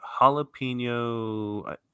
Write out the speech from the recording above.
jalapeno